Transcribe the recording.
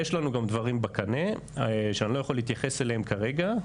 יש לנו גם דברים בקנה שאני לא יכול להתייחס אליהם כרגע.